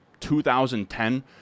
2010